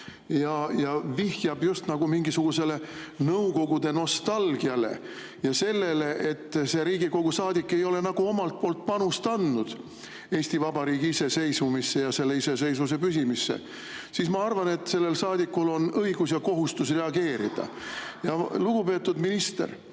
ja vihjab mingisugusele nõukogude nostalgiale ja sellele, et see Riigikogu saadik ei ole nagu oma panust andnud Eesti Vabariigi iseseisvumisse ja selle iseseisvuse püsimisse, siis ma arvan, et sellel saadikul on õigus ja kohustus reageerida. Lugupeetud minister!